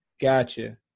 Gotcha